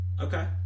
Okay